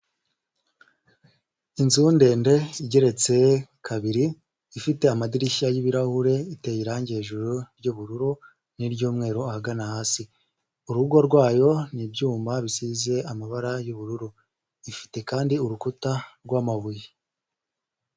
Inzu ndende igeretse kabiri ifite amadirishya y'ibirahure, iteye irangi hejuru ry'ubururu n'iry'umweru ahagana hasi. Urugo rwayo n'ibyuma rusize amabara y'ubururu. Ifite kandi urukuta rw'amabuye.